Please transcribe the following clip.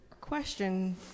question